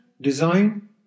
design